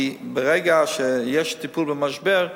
כי ברגע שיש טיפול במשבר,